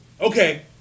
Okay